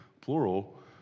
plural